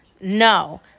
No